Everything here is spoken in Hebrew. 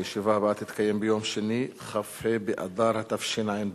הישיבה הבאה תתקיים ביום שני, כ"ה באדר התשע"ב,